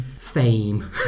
fame